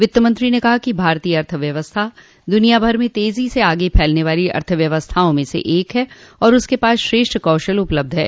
वित्तमंत्री ने कहा कि भारतीय अर्थव्यवस्था दुनिया भर में तेजो से आगे बढ़ने वाली अर्थव्यवस्थाओं में से एक है और उसके पास श्रेष्ठ कौशल उपलब्ध है